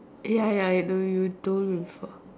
ya ya I know you told me before